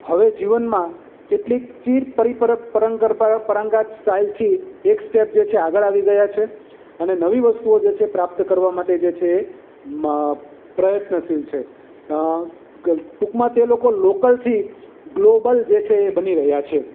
હવે જીવનમાં કેટલીક ચીર પ પરી પરમગત પરંગતા સ્ટાઇલથી એક સ્ટેપ જે છે આગળ આવી ગયા છે અને નવી વસ્તુઓ જે છે એ પ્રાપ્ત કરવા માટે જે છે એ પ્રયત્નશીલ છે ટુંકમાં તે લોકો લોકલથી ગ્લોબલ જે છે એ બની રહ્યા છે